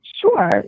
Sure